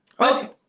Okay